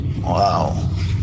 Wow